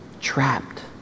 trapped